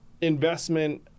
investment